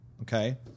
Okay